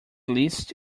least